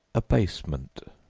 abasement,